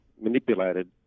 manipulated